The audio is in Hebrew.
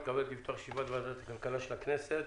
אני מתכבד לפתוח את ישיבת ועדת הכלכלה של הכנסת.